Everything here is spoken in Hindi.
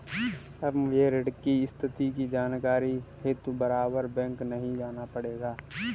अब मुझे ऋण की स्थिति की जानकारी हेतु बारबार बैंक नहीं जाना पड़ेगा